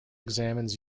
examines